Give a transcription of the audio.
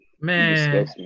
Man